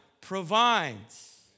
provides